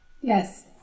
Yes